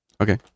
Okay